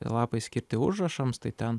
lapai skirti užrašams tai ten